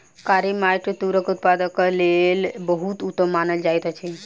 कारी माइट तूरक उत्पादनक लेल बहुत उत्तम मानल जाइत अछि